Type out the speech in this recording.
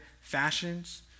fashions